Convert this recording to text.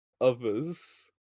others